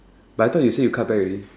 but I thought you said you come back already